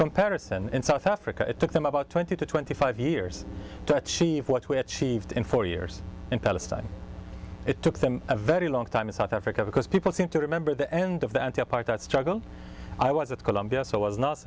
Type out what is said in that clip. comparison in south africa it took them about twenty to twenty five years to achieve what we achieved in four years in palestine it took them a very long time in south africa because people seem to remember the end of the anti apartheid struggle i was at columbia so i was not